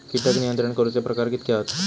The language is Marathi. कीटक नियंत्रण करूचे प्रकार कितके हत?